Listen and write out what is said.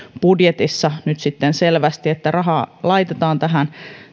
budjetissa nyt sitten selvästi että rahaa laitetaan tähän